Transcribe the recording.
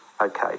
Okay